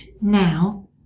now